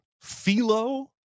Philo